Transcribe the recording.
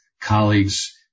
colleagues